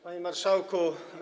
Panie Marszałku!